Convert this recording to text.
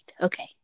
Okay